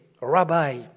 Rabbi